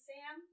Sam